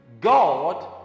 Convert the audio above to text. God